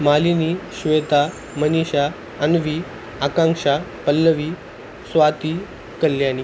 Malini Shweta Manisha Anvi Akanksha Pallavi Swati Kalyani